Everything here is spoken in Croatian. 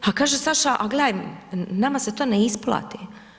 A kaže Saša, a gle, nama se to ne isplati.